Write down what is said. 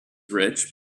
rich